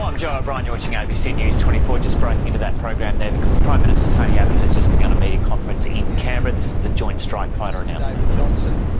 um joe o'brien, you're watching abc news twenty four, just breaking into that program there because the prime minister tony abbott has just begun a media conference in canberra. this is the joint strike fighter announcement. i'm so and